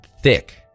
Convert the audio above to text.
thick